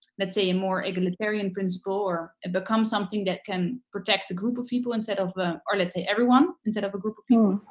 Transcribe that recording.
let's say a more egalitarian principle or it becomes something that can protect a group of people instead, ah or let's say everyone, instead of a group of people.